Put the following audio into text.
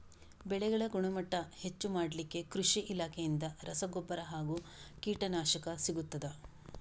ಬೆಳೆಗಳ ಗುಣಮಟ್ಟ ಹೆಚ್ಚು ಮಾಡಲಿಕ್ಕೆ ಕೃಷಿ ಇಲಾಖೆಯಿಂದ ರಸಗೊಬ್ಬರ ಹಾಗೂ ಕೀಟನಾಶಕ ಸಿಗುತ್ತದಾ?